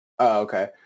okay